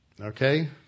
okay